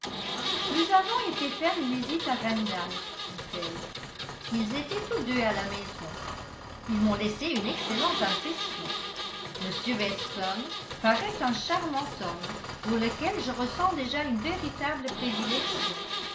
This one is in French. nous avons été faire une visite à randalls dit-elle ils étaient tous deux à la maison ils m'ont laissé une excellente impression m weston paraît un charmant homme pour lequel je ressent déjà une véritable prédilection